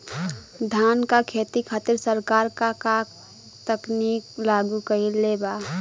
धान क खेती खातिर सरकार का का तकनीक लागू कईले बा?